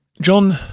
John